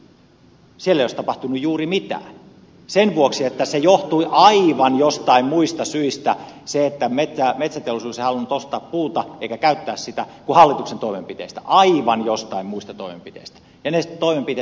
siellä ei olisi tapahtunut juuri mitään sen vuoksi että se johtui aivan jostain muista koska se että metsäteollisuus ei halunnut ostaa puuta eikä käyttää sitä johtui aivan joistain muista syistä kuin hallituksen toimenpiteistä aivan joistain muista toimenpiteistä ja ne toimenpiteet ovat suhdanteet